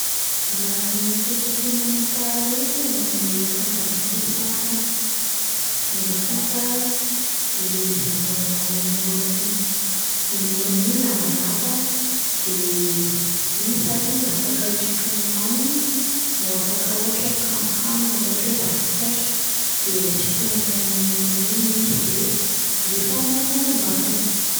Raha ny toetra tsy manam-paharoa ananan'ny elefanta indray no resahana, ny elefanta de le izy 'lay manana ao- ny orony iny, iny orony iny lavalava de iny sady afaka hisotroany rano iny no afaka ohatra hoe hakany hanina ohatra hoe ravin-kazo, de sintominy amin'iny orony iny le izy de alefany mankany am-bavany.